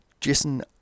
Jason